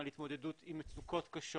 על התמודדות עם מצוקות קשות.